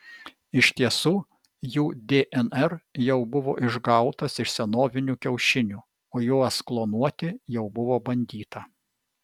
iš tiesų jų dnr jau buvo išgautas iš senovinių kiaušinių o juos klonuoti jau buvo bandyta